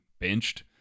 benched